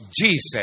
Jesus